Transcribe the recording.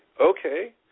okay